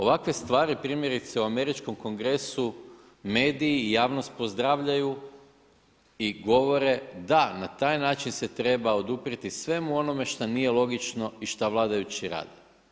Ovakve stvari primjerice u američkom Kongresu mediji i javnost pozdravljaju i govore da na taj način se treba oduprijeti svemu onome što nije logično i što vladajući rade.